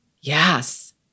Yes